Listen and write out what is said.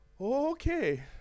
Okay